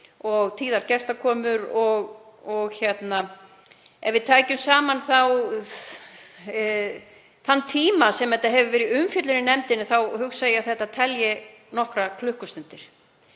og tíðar gestakomur. Ef við tækjum saman þann tíma sem málið hefur verið í umfjöllun í nefndinni þá hugsa ég að það telji nokkrar klukkustundir.